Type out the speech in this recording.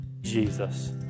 Jesus